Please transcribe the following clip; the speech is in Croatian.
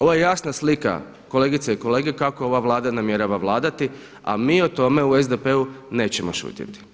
Ovo je jasna slika kolegice i kolege kako ova Vlada namjerava vladati a mi o tome u SDP-u nećemo šutjeti.